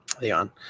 Leon